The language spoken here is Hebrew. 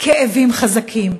כאבים חזקים,